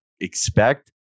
expect